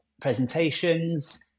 presentations